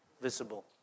visible